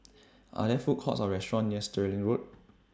Are There Food Courts Or restaurants near Stirling Road